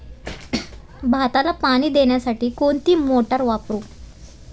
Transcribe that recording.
भाताला पाणी देण्यासाठी कोणती मोटार वापरू?